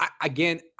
again